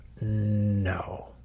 no